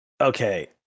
Okay